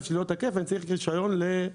שלי לא תקף ואני צריך רישיון ל"רכבייה",